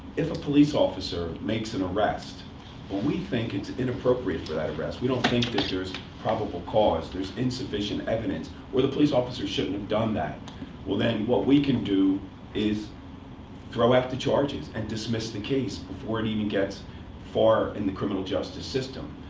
if a police officer makes an arrest, but we think it's inappropriate for that arrest we don't think that there is probable cause, there's insufficient evidence, or the police officer shouldn't have done that well then, what we can do is throw out the charges and dismiss the case before it even gets far in the criminal justice system.